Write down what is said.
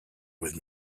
with